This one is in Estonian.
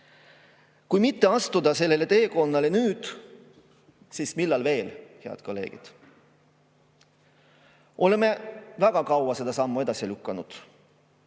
Kui mitte astuda sellele teekonnale nüüd, siis millal veel, head kolleegid? Oleme väga kaua seda sammu edasi lükanud,